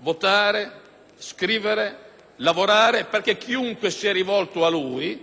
votare, scrivere, lavorare, perché chiunque si è rivolto a lui e gli ha scritto qualcosa